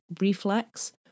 reflex